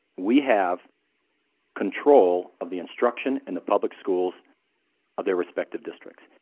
we have control of the instruction in the public schools of their respective districts,